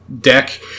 deck